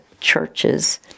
churches